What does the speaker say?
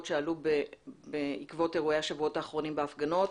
שאלו בעקבות אירועי השבועות האחרונים בהפגנות.